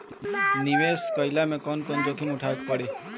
निवेस कईला मे कउन कउन जोखिम उठावे के परि?